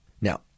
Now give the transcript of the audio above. Now